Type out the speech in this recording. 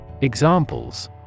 Examples